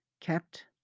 kept